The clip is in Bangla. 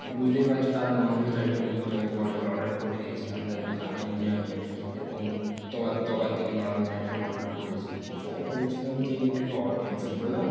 মানে বুঝতেই পারছো তারা ননভেজ আইটেম অন্য জায়গা থেকে অলরেডি অর্ডার করে দিয়েছে আমি তাদেরকে জানাইনি যে আমি এরকম তোমার দোকান থেকে ননভেজ আইটেম অর্ডার করেছি তাই বলছিলাম যে এইটা একটু ক্যান্সেল করে দাও